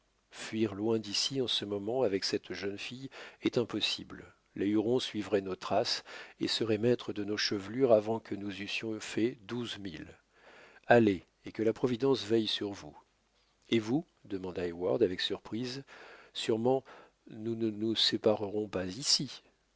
fuir loin d'ici en ce moment avec cette jeune fille est impossible les hurons suivraient nos traces et seraient maîtres de nos chevelures avant que nous eussions fait douze milles allez et que la providence veille sur vous et vous demanda heyward avec surprise sûrement nous ne nous séparerons pas ici